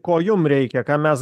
ko jum reikia ką mes